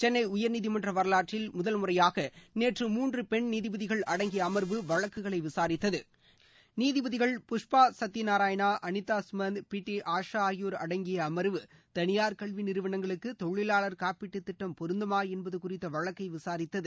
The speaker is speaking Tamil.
சென்னை உயர்நீதிமன்ற வரவாற்றில் முதல் முறையாக நேற்று மூன்று பெண் நீதிபதிகள் அடங்கிய அமர்வு வழக்குகளை விசாரித்தது நீதிபதிகள் புஷ்பா சத்யநாராயணா அளிதா சுமந்த் பி டி ஆஷா ஆகியோர் அடங்கிய அமர்வு தனியார் கல்வி நிறுவனங்களுக்கு தொழிலாளர் காப்பீட்டு திட்டம் பொருந்துமா என்பது குறித்த வழக்கை விசாரித்தது